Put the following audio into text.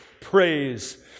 praise